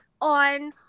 on